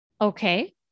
Okay